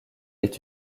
est